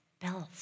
bells